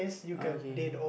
oh okay